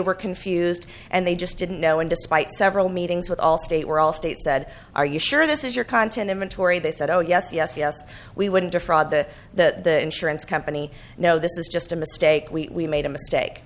were confused and they just didn't know and despite several meetings with allstate were all state said are you sure this is your content inventory they said oh yes yes yes we wouldn't defraud the the insurance company no this is just a mistake we made a mistake